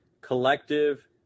collective